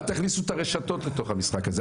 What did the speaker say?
אל תכניסו את הרשתות לתוך המשחק הזה.